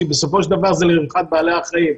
כי בסופו של דבר זה לרווחת בעלי החיים,